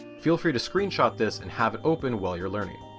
feel free to screenshot this and have it open while you'll learning.